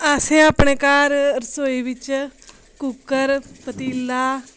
असें अपने घर रसोई बिच्च कुकर पतीला